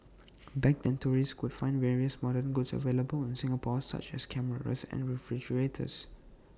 back then tourists could find various modern goods available in Singapore such as cameras and refrigerators